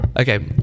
okay